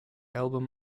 album